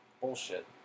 Bullshit